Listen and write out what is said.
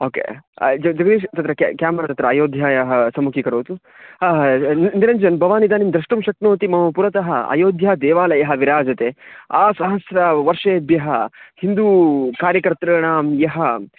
okay जग् जग्दीशः तत्र के क्याम्रा तत्र अयोध्यायाः सम्मुखीकरोतु हा निरञ्जन् भवान् इदानीं द्रष्टुं शक्नोति मम पुरतः अयोध्यादेवालयः विराजते आसहस्रवर्षेभ्यः हिन्दू कार्यकर्तॄणां यः